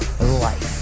Life